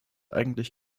eigentlich